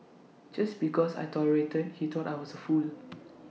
just because I tolerated he thought I was A fool